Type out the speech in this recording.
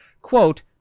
quote